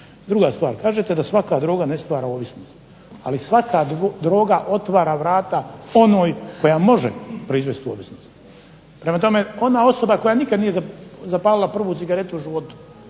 Druga stvar, kažete da svaka droga ne stvara ovisnost. Ali, svaka droga otvara vrata onoj koja može proizvesti tu ovisnost. Prema tome ona osoba koja nikad nije zapalila prvu cigaretu u životu